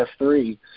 F3